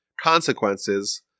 consequences